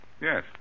Yes